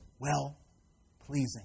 well-pleasing